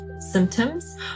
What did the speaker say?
symptoms